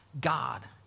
God